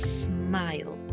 smile